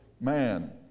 man